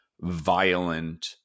violent